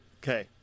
Okay